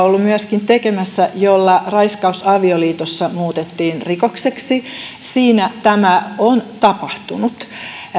ollut tekemässä jolla raiskaus avioliitossa muutettiin rikokseksi tämä on tapahtunut